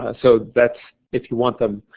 ah so that's if you want them,